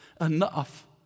enough